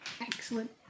Excellent